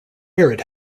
arid